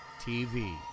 TV